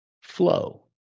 flow